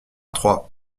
trois